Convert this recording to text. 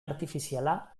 artifiziala